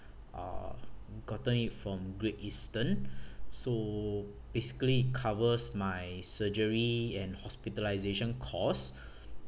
uh gotten it from great eastern so basically covers my surgery and hospitalisation costs